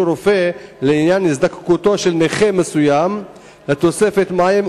רופא לעניין הזדקקות נכה מסוים לתוספת מים,